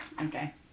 Okay